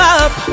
up